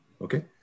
okay